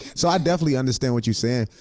so i definitely understand what you're saying,